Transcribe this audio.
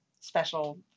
special